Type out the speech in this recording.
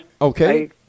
Okay